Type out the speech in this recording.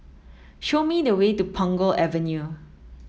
show me the way to Punggol Avenue